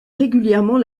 régulièrement